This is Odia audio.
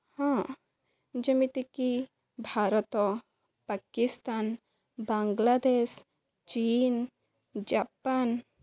ହଁ ଯେମିତିକି ଭାରତ ପାକିସ୍ତାନ୍ ବାଙ୍ଗଲାଦେଶ୍ ଚୀନ୍ ଜାପାନ୍